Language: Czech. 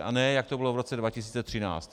A ne jak to bylo v roce 2013.